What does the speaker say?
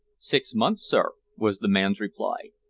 six months, sir, was the man's reply.